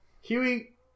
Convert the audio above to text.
Huey